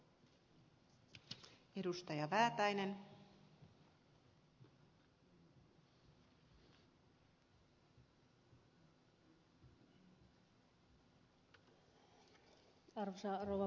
arvoisa rouva puhemies